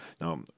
now